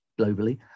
globally